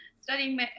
studying